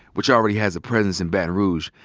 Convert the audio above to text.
which already has a presence in baton rouge,